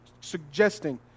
suggesting